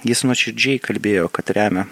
jis nuoširdžiai kalbėjo kad remia